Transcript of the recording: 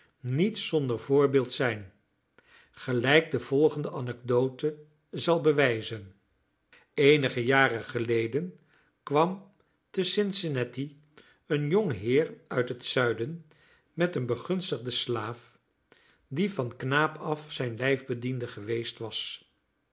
niet zonder voorbeeld zijn gelijk de volgende anecdote zal bewijzen eenige jaren geleden kwam te cincinnati een jong heer uit het zuiden met een begunstigden slaaf die van knaap af zijn lijfbediende geweest was